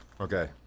Okay